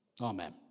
Amen